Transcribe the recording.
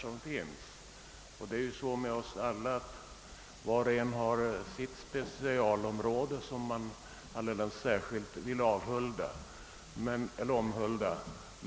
Och vi har ju alla våra specialområden, som vi särskilt vill omhulda.